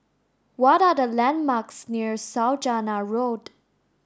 what are the landmarks near Saujana Road